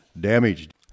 damaged